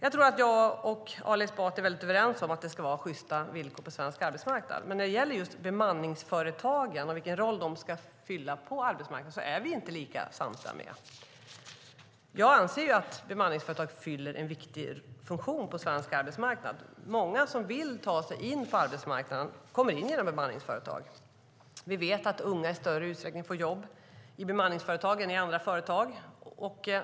Ali Esbati och jag är överens om att det ska vara sjysta villkor på den svenska arbetsmarknaden. Men när det gäller bemanningsföretagens roll på arbetsmarknaden är vi inte lika samstämmiga. Jag anser att bemanningsföretag fyller en viktig funktion på svensk arbetsmarknad. Många som vill ta sig in på arbetsmarknaden kommer in genom bemanningsföretag. Vi vet att unga i större utsträckning får jobb i bemanningsföretag än i andra företag.